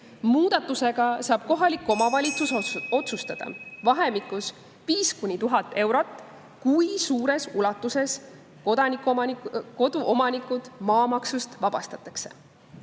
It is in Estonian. Muudatusega saab kohalik omavalitsus otsustada vahemikus 5–1000 eurot, kui suures ulatuses koduomanikud maamaksust vabastatakse.